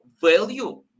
value